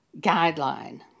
guideline